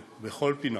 בכל פינה